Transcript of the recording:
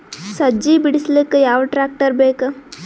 ಸಜ್ಜಿ ಬಿಡಿಸಿಲಕ ಯಾವ ಟ್ರಾಕ್ಟರ್ ಬೇಕ?